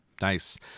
Nice